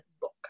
book